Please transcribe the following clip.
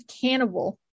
cannibal